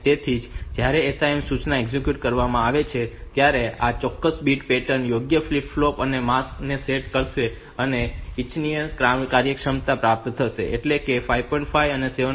તેથી જ્યારે SIM સૂચના એક્ઝીક્યુટ કરવામાં આવે છે ત્યારે આ ચોક્કસ બીટ પેટર્ન યોગ્ય ફ્લિપ ફ્લોપ અને માસ્ક ને સેટ કરશે અને ઇચ્છિત કાર્યક્ષમતા પ્રાપ્ત થશે એટલે કે 5